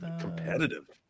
competitive